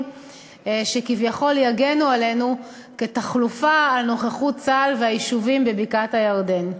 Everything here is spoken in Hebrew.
שכביכול יגנו עלינו כחלופה לנוכחות צה"ל והיישובים בבקעת-הירדן.